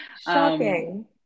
Shocking